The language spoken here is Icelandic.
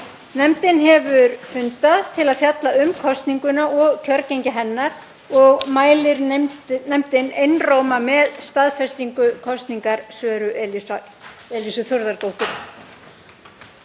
Nefndin hefur fundað til að fjalla um kosninguna og kjörgengi hennar og mælir nefndin einróma með staðfestingu kosningar Söru Elísu Þórðardóttur.